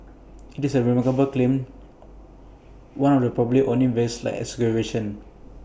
IT is A remarkable claim one of probably only very slight exaggeration